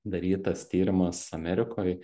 darytas tyrimas amerikoj